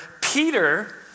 Peter